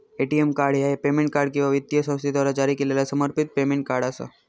ATM card ह्या payment card किंवा वित्तीय संस्थेद्वारा जारी केलेला समर्पित पेमेंट कार्ड असा